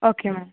okay ma'am